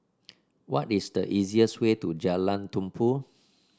what is the easiest way to Jalan Tumpu